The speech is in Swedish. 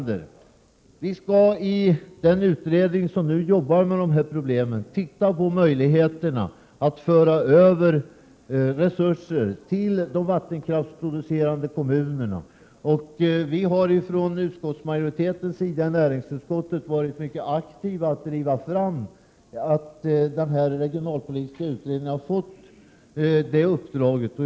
Den regionalpolitiska utredning som nu jobbar med dessa problem skall, Paul Lestander, undersöka möjligheterna att föra över resurser till de vattenkraftproducerande kommunerna. Vi inom näringsutskottets majoritet har varit mycket aktiva när det gäller den regionalpolitiska utredningens uppdrag.